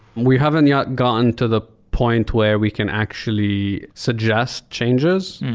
we haven't yet gone to the point where we can actually suggest changes.